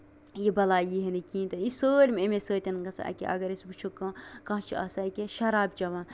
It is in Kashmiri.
یہِ بَلاے یِیہِ نہٕ کِہیٖنٛۍ تہِ نہٕ یہِ سٲرٕے اَمے سۭتۍ گژھان یہِ کیٛاہ اَگر أسۍ وُچھو کانٛہہ کانٛہہ چھُ آسان یہِ کیٛاہ شراب چیٚوان